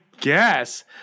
guess